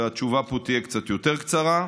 ופה התשובה תהיה קצת יותר קצרה,